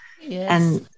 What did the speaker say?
Yes